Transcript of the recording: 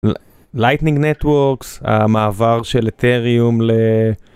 Lightning Networks, המעבר של אתריום ל...